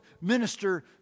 minister